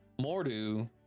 Mordu